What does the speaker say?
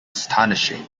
astonishing